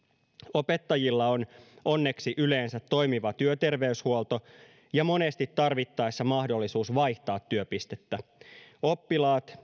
opettajilla on onneksi yleensä toimiva työterveyshuolto ja monesti tarvittaessa mahdollisuus vaihtaa työpistettä oppilaat